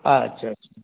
अच्छा अच्छा